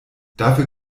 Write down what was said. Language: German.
dafür